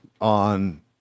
on